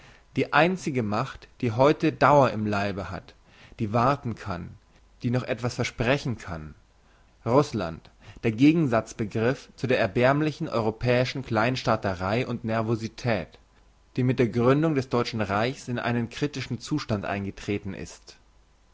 die einzige macht die heute dauer im leibe hat die warten kann die etwas noch versprechen kann russland der gegensatz begriff zu der erbärmlichen europäischen kleinstaaterei und nervosität die mit der gründung des deutschen reichs in einen kritischen zustand eingetreten ist